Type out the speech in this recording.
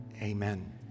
amen